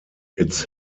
its